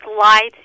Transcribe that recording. lights